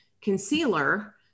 concealer